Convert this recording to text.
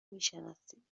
میشناسید